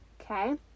okay